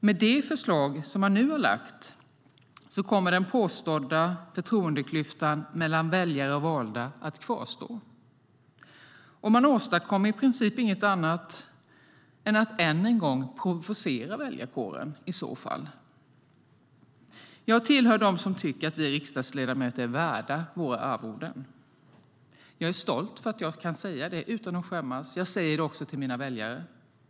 Med det förslag som Vänsterpartiet nu har lagt fram kommer den påstådda förtroendeklyftan mellan väljare och valda att kvarstå. Man åstadkommer i princip inget annat än att än en gång provocera väljarkåren. Jag tillhör dem som tycker att vi riksdagsledamöter är värda våra arvoden. Jag är stolt över att jag kan säga det utan att skämmas, och jag säger det också till mina väljare.